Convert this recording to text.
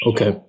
Okay